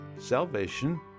salvation